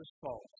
false